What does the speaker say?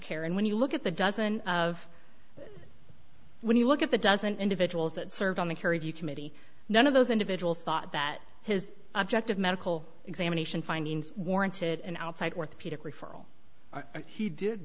care and when you look at the dozen of when you look at the dozen individuals that served on the kerry view committee none of those individuals thought that his objective medical examination findings warranted an outside orthopedic referral and he did